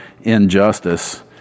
injustice